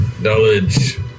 Knowledge